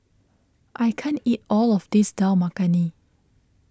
I can't eat all of this Dal Makhani